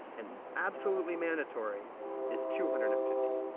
and absolutely mandatory is two hundred and fifty.